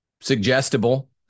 suggestible